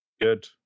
Good